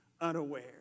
unaware